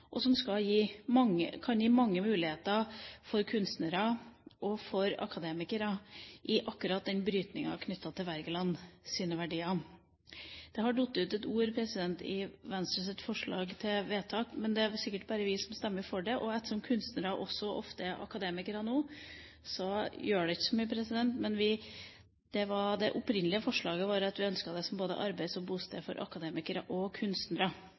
kan gi mange muligheter for kunstnere og akademikere i akkurat den brytninga knyttet til Wergelands verdier. Det har falt ut et ord i Venstres forslag til vedtak, men det er sikkert bare vi som stemmer for det, og ettersom kunstnere også ofte er akademikere nå, gjør det ikke så mye. Det opprinnelige forslaget var at vi ønsket det som arbeids- og bosted for både akademikere og kunstnere,